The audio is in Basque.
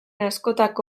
askotako